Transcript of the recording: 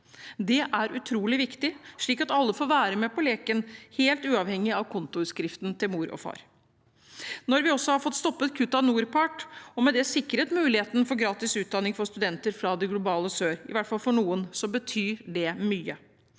Det er utrolig viktig, slik at alle får være med på leken uavhengig av kontoutskriften til mor og far. Når vi også har fått stoppet kuttet av NORPART, og med det sikret muligheten for gratis utdanning for studenter fra det globale sør – i hvert fall for noen – betyr det mye.